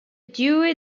dewey